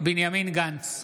בנימין גנץ,